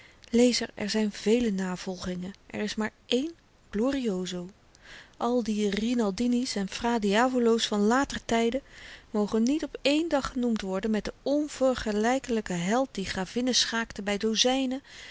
lezer er zyn vele navolgingen er is maar één glorioso al de rinaldini's en fra diavolo's van later tyden mogen niet op één dag genoemd worden met den onvergelykelyken held die gravinnen schaakte by dozynen